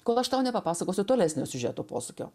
kol aš tau nepapasakosiu tolesnio siužeto posūkio